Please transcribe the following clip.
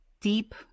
deep